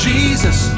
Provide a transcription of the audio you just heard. Jesus